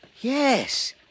yes